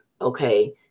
Okay